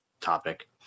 topic